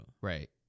right